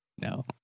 no